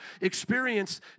experience